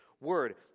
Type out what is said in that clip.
word